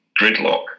Gridlock